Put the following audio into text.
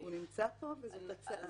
הוא נמצא פה וזו הצעה.